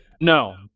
no